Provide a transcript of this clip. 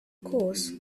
course